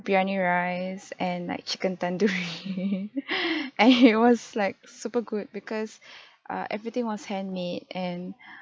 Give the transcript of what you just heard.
biryani rice and like chicken tandoori and it was like super good because uh everything was handmade and